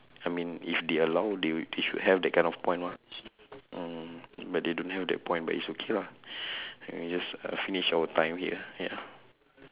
I mean if they allow they wi~ they should have that kind of point mah mm but they don't have that point but it's okay lah I mean just finish our time here ya